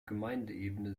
gemeindeebene